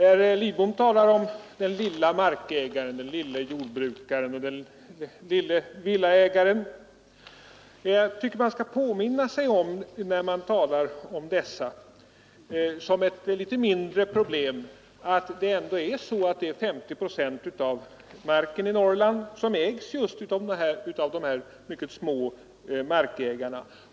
Herr Lidbom talade om den lille markägaren, den lille jordbrukaren och den lille villaägaren. När man talar om dessa som ett mindre problem tycker jag att man skall påminna sig att 50 procent av marken i hela landet ägs just av dessa mycket små markägare.